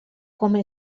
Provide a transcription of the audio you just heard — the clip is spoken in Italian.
come